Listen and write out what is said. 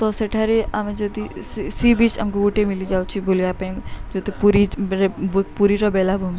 ତ ସେଠାରେ ଆମେ ଯଦି ସି ବିଚ୍ ଆମକୁ ଗୋଟେ ମିଳିଯାଉଛି ବୁଲିବା ପାଇଁ ଯଦି ପୁରୀ ପୁରୀର ବେଳାଭୂମି